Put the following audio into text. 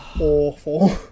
awful